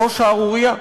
זו שערורייה.